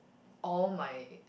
all my